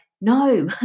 no